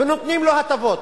ונותנים לו הטבות.